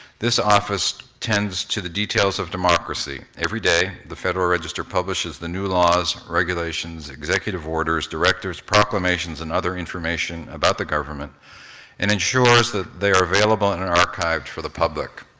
this office attends to the detail of democracy. every day the federal register publishes the new laws, regulations, and executive orders, directives, proclamations, and other information about the government and ensures that they're available and and archived for the public.